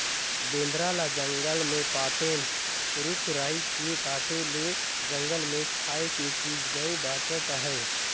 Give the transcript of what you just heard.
बेंदरा ल जंगले मे पातेन, रूख राई के काटे ले जंगल मे खाए के चीज नइ बाचत आहे